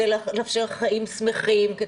חיים שמחים,